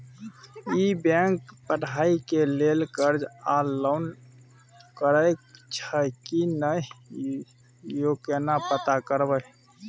ई bank पढ़ाई के लेल कर्ज आ लोन करैछई की नय, यो केना पता करबै?